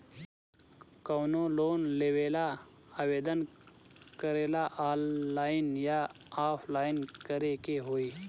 कवनो लोन लेवेंला आवेदन करेला आनलाइन या ऑफलाइन करे के होई?